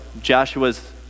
Joshua's